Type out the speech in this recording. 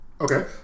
Okay